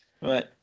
Right